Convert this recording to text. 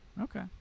Okay